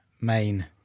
main